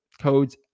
codes